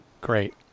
great